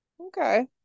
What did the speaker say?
Okay